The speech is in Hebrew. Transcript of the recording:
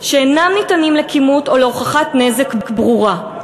שאינם ניתנים לכימות או להוכחת נזק ברורה,